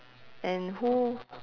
and who